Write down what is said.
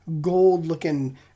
gold-looking